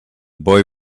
boy